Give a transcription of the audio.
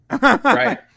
Right